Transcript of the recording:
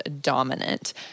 dominant